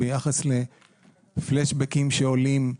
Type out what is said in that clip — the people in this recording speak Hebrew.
ביחס לפלשבקים שעולים.